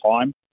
time